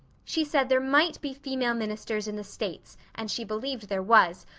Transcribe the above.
she said there might be female ministers in the states and she believed there was,